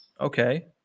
Okay